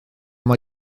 mae